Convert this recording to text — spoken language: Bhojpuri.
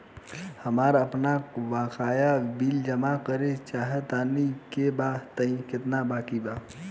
हमरा आपन बाकया बिल जमा करल चाह तनि देखऽ के बा ताई केतना बाकि बा?